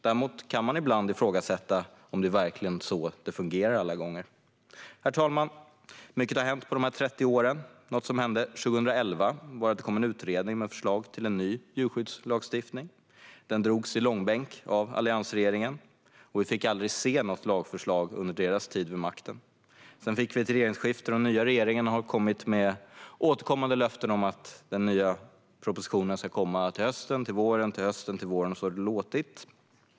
Däremot kan man ibland ifrågasätta om det verkligen är så det fungerar alla gånger. Herr talman! Mycket har hänt under de här 30 åren. År 2011 kom en utredning med förslag till en ny djurskyddslagstiftning. Den drogs i långbänk av alliansregeringen, och vi fick aldrig se något lagförslag under deras tid vid makten. Sedan fick vi ett regeringsskifte, och den nya regeringen har kommit med återkommande löften om att den nya propositionen ska komma till hösten, sedan till våren, sedan till hösten och sedan till våren - så har det låtit.